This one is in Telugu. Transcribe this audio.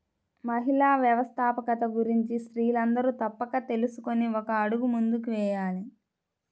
మహిళా వ్యవస్థాపకత గురించి స్త్రీలందరూ తప్పక తెలుసుకొని ఒక అడుగు ముందుకు వేయాలి